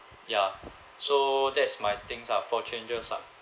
ya so that's my things lah for changes lah